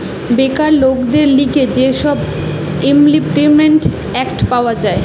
বেকার লোকদের লিগে যে সব ইমল্পিমেন্ট এক্ট পাওয়া যায়